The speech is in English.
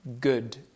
good